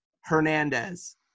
Hernandez